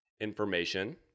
information